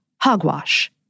hogwash